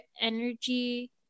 energy